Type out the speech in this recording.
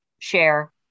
share